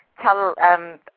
tell